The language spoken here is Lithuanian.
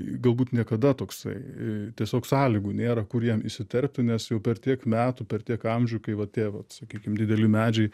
galbūt niekada toksai tiesiog sąlygų nėra kur jam įsiterpti nes jau per tiek metų per tiek amžių kai vat tie vat sakykim dideli medžiai